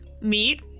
meet